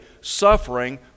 suffering